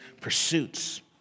pursuits